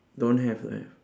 don't have leh